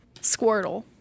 Squirtle